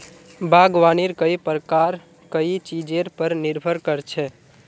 बागवानीर कई प्रकार कई चीजेर पर निर्भर कर छे